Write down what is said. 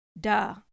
duh